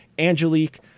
Angelique